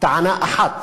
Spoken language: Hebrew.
טענה אחת